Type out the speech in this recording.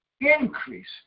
increase